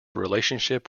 relationship